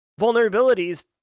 vulnerabilities